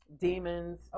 demons